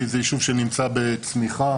היישוב נמצא בצמיחה,